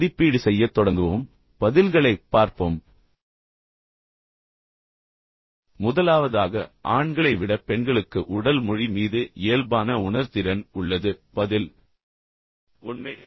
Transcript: மதிப்பீடு செய்யத் தொடங்குவோம் பதில்களைப் பார்ப்போம் முதலாவதாக ஆண்களை விட பெண்களுக்கு உடல் மொழி மீது இயல்பான உணர்திறன் உள்ளது பதில் உண்மை